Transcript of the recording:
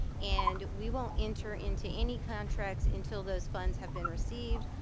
and we won't enter into any contracts, until those funds have been received,